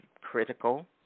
critical